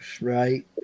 right